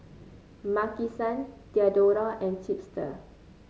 Maki San Diadora and Chipster